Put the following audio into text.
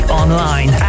online